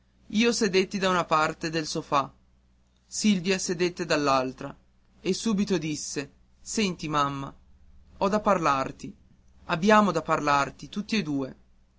io sedetti da una parte del sofà silvia sedette dall'altra e subito disse senti mamma ho da parlarti abbiamo da parlarti tutti e due